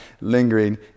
lingering